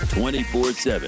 24-7